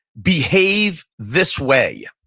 behave this way,